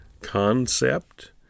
concept